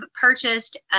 purchased